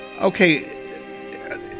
Okay